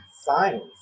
Science